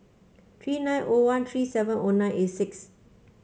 three nine O one three seven O nine eight six